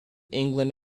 england